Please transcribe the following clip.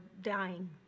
dying